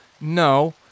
No